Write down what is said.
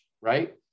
right